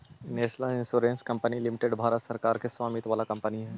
national insurance company limited Bharat सरकार के स्वामित्व वाला कंपनी हई